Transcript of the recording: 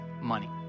money